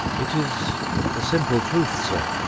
it is the simple truth, sir.